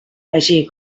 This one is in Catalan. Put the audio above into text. així